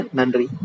nandri